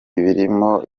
ibiryo